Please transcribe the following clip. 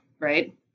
right